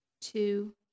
two